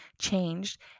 changed